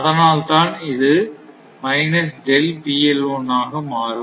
அதனால் இது ஆக மாறும்